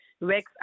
Vex